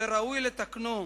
וראוי לתקנו".